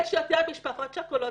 יש יותר משפחות שכולות,